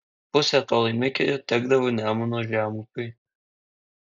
pusė to laimikio tekdavo nemuno žemupiui